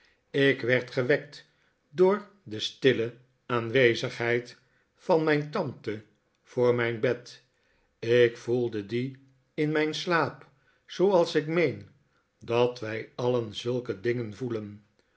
ik werd gewekt door de stille aanwezigheid van mijn tante voor mijn bed ik voelde die in mijn slaap zooals ik meen dat wij alien zulke dingen voelen